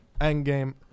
Endgame